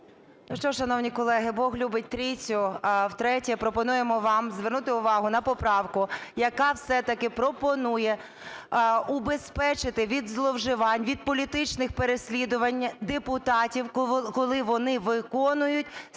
Ну, що, шановні колеги, Бог любить трійцю. Втретє пропонуємо вам звернути увагу на поправку, яка все-таки пропонує убезпечити від зловживань, від політичних переслідувань депутатів, коли вони виконують